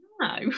No